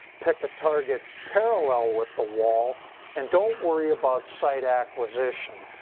pick a target parallel with the wall and don't worry about sight acquisition.